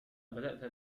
بدأت